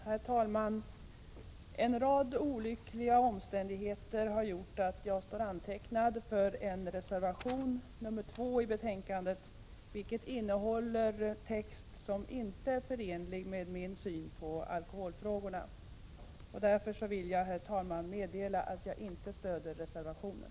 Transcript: Herr talman! En rad olyckliga omständigheter har gjort att jag står antecknad för en reservation i betänkandet, reservation nr 2, vilken innehåller text som inte är förenlig med min syn på alkoholfrågorna. Därför vill jag, herr talman, meddela att jag inte stöder reservationen.